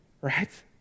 Right